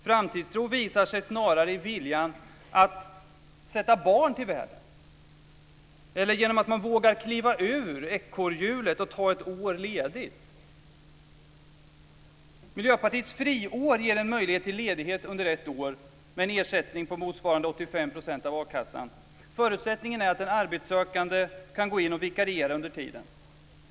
Framtidstro visar sig snarare i viljan att sätta barn till världen eller genom att man vågar kliva ur ekorrhjulet och ta ett år ledigt. Miljöpartiets friår ger en möjlighet till ledighet under ett år med en ersättning på motsvarande 85 % av a-kassan. Förutsättningen är att en arbetssökande kan gå in och vikariera under tiden.